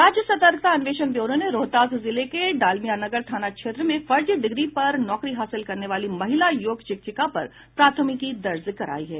राज्य सर्तकता अन्वेषण ब्यूरो ने रोहतास जिले के डालमियानगर थाना क्षेत्र में फर्जी डिग्री पर नौकरी हासिल करने वाली महिला योग शिक्षिका पर प्राथमिकी दर्ज कराई है